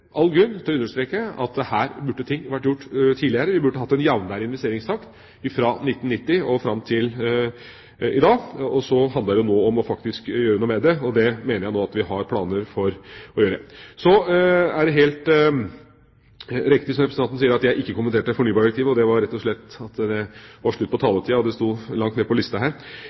all grunn til å understreke at her burde ting vært gjort tidligere, og vi burde hatt en jamnere investeringstakt fra 1990 og fram til i dag – og så handler det faktisk om å gjøre noe med det. Det mener jeg at vi nå har planer for å gjøre. Så er det helt riktig som representanten sier, at jeg ikke kommenterte fornybardirektivet. Det var rett og slett fordi det var slutt på taletida, og det sto langt nede på lista her.